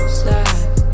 slide